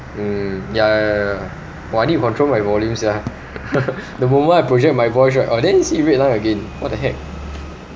mm ya ya ya ya ya !wah! I need to control my volume sia the moment I project my voice right oh there you see red line again what the heck